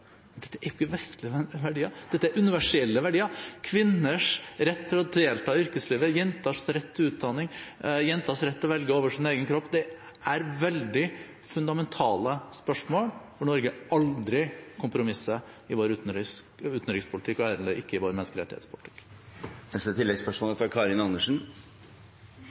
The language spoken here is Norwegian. Dette er jo ikke vestlige verdier, dette er universelle verdier: kvinners rett til å delta i yrkeslivet, jenters rett til utdanning og jenters rett til bestemme over sin egen kropp. Det er veldig fundamentale spørsmål hvor Norge aldri kompromisser i sin utenrikspolitikk – og heller ikke i